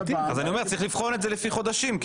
צריך לבחון את זה לפי חודשים.